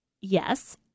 yes